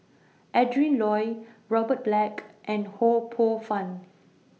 Adrin Loi Robert Black and Ho Poh Fun